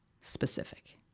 specific